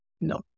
No